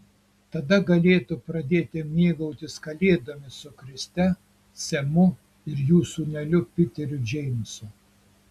tada galėtų pradėti mėgautis kalėdomis su kriste semu ir jų sūneliu piteriu džeimsu